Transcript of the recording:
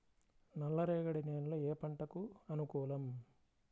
నల్ల రేగడి నేలలు ఏ పంటకు అనుకూలం?